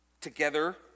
together